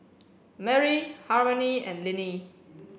Merri Harmony and Linnie